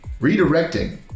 Redirecting